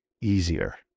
easier